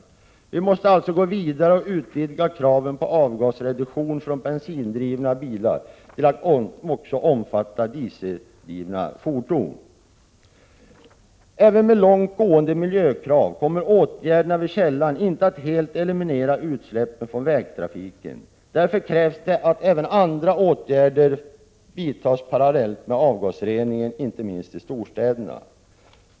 Man måste alltså gå vidare och utvidga kraven på avgasreduktion från bensindrivna bilar till att också omfatta dieseldrivna fordon. Även med långt gående miljökrav kommer åtgärderna vid källan inte att helt eliminera utsläppen från vägtrafiken. Det krävs därför att även andra åtgärder vidtas parallellt med avgasreningen, inte minst i storstäderna.